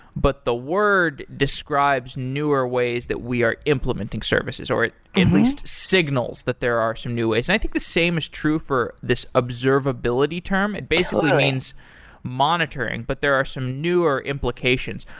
but the word describes newer ways that we are implementing services or at least signals that there are some new ways. i think the same is true for this observability term. it basically means monitoring, but there are some newer implications.